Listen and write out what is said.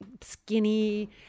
skinny